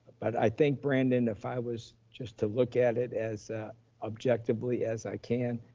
but i think brandon, if i was just to look at it as objectively as i can,